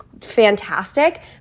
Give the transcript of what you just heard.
fantastic